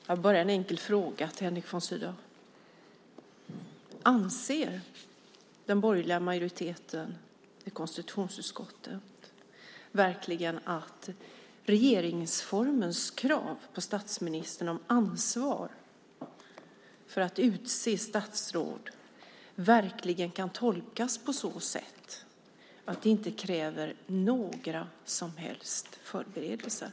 Herr talman! Jag har bara en enkel fråga till Henrik von Sydow. Anser den borgerliga majoriteten i konstitutionsutskottet att regeringsformens krav på statsministern om ansvar för att utse statsråd verkligen kan tolkas på så sätt att det inte kräver några som helst förberedelser?